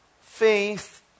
Faith